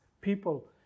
People